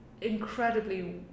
incredibly